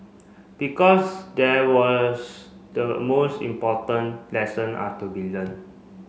because there was the most important lesson are to be learnt